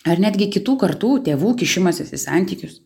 ar netgi kitų kartų tėvų kišimasis į santykius